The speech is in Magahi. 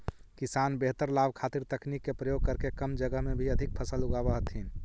किसान बेहतर लाभ खातीर तकनीक के प्रयोग करके कम जगह में भी अधिक फसल उगाब हथिन